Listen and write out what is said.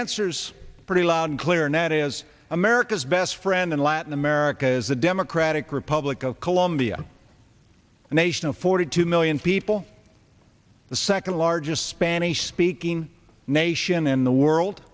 cers pretty loud and clear net is america's best friend in latin america is the democratic republic of colombia a nation of forty two million people the second largest spanish speaking nation in the world